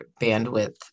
bandwidth